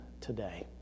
today